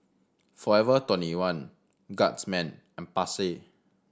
Forever Twenty one Guardsman and Pasar